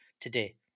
today